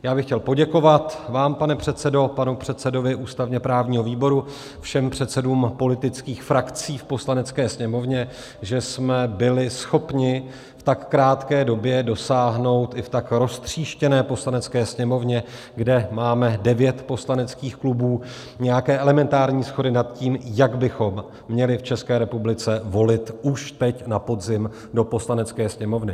Já bych chtěl poděkovat vám, pane předsedo, panu předsedovi ústavněprávního výboru, všem předsedům politických frakcí v Poslanecké sněmovně, že jsme byli schopni v tak krátké době dosáhnout i v tak roztříštěné Poslanecké sněmovně, kde máme devět poslaneckých klubů, nějaké elementární shody nad tím, jak bychom měli v České republice volit už teď na podzim do Poslanecké sněmovny.